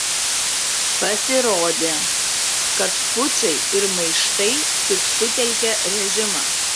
pasirodė kad pučai ir maištai tik sutelkia režimą